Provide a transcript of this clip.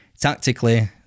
tactically